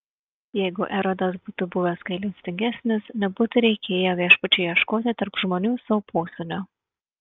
jeigu erodas būtų buvęs gailestingesnis nebūtų reikėję viešpačiui ieškoti tarp žmonių sau posūnio